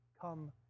come